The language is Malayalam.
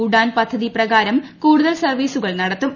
ഉഡാൻ പദ്ധതി പ്രകാരം കൂടുതൽ സർവ്വീസുകൾ നടത്തും